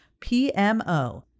PMO